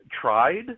tried